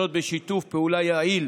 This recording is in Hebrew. בשיתוף פעולה יעיל